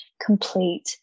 complete